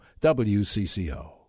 WCCO